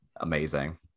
Amazing